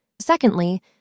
Secondly